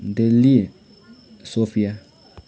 Delhi Sophia